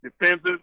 defensive